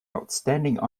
outstanding